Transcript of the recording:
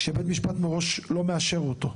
כשבית משפט מראש לא מאשר אותו.